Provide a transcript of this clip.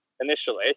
initially